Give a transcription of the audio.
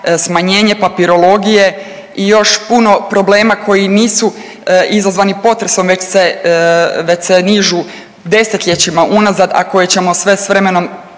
smanjenje papirologije i još puno problema koji nisu izazvani potresom već se nižu desetljećima unazad, a koje ćemo sve s vremenom